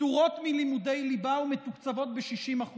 פטורות מלימודי ליבה ומתוקצבות ב-60%.